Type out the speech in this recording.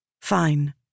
Fine